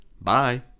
Bye